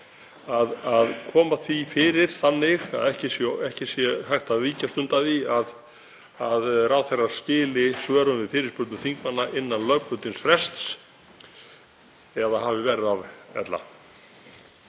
að koma því fyrir þannig að ekki sé hægt að víkjast undan því að ráðherrar skili svörum við fyrirspurnum þingmanna innan lögbundins frests, eða þeir hafi verra af ella.